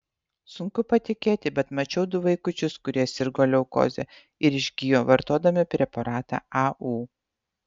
sunku patikėti bet mačiau du vaikučius kurie sirgo leukoze ir išgijo vartodami preparatą au